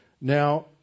Now